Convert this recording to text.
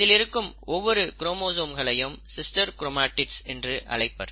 இதில் இருக்கும் ஒவ்வொரு குரோமோசோம்களையும் சிஸ்டர் க்ரோமாடிட்ஸ் என்று அழைப்பர்